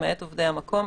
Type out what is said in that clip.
למעט עובדי המקום,